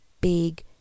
big